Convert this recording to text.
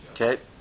Okay